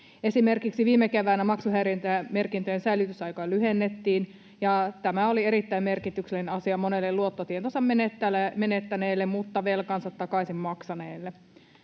Esimerkiksi viime keväänä maksuhäiriömerkintöjen säilytysaikaa lyhennettiin, ja tämä oli erittäin merkityksellinen asia monelle luottotietonsa menettäneelle mutta velkansa takaisin maksaneelle.